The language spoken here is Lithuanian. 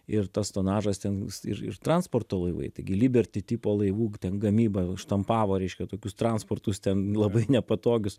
ir tas tonažas ten ir ir transporto laivai taigi liberty tipo laivų gamyba štampavo reiškia tokius transportus ten labai nepatogius